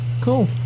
Cool